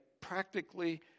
practically